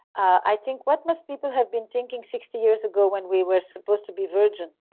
i think, what must people have been thinking sixty years ago when we were supposed to be virgin?